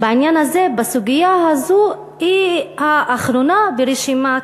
בעניין הזה, בסוגיה הזאת, היא האחרונה ברשימת